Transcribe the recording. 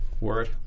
Word